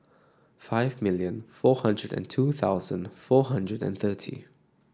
five million four hundred and two thousand four hundred and thirty